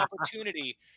opportunity